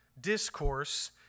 discourse